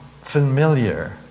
familiar